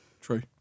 true